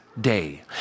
Day